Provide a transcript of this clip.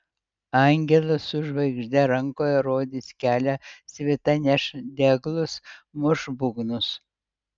angelas su žvaigžde rankoje rodys kelią svita neš deglus muš būgnus